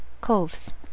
COVES